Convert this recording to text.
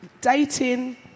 Dating